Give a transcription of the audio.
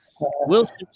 Wilson